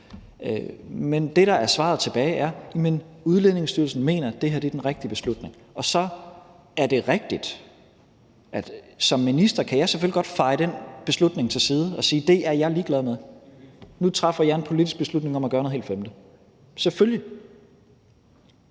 Men det, der er svaret tilbage, er: Udlændingestyrelsen mener, det her er den rigtige beslutning. Og så er det rigtigt, at jeg som minister selvfølgelig godt kan feje den beslutning til side og sige, at det er jeg ligeglad med, og nu træffer jeg en politisk beslutning om at gøre noget helt femte – selvfølgelig.